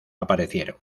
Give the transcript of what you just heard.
aparecieron